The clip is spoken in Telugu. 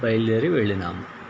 బయలుదేరి వెళ్ళాము